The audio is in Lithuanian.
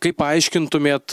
kaip paaiškintumėt